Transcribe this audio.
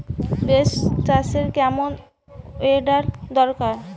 Beans চাষে কেমন weather দরকার?